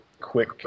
quick